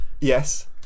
Yes